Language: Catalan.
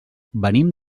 venim